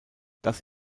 das